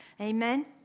Amen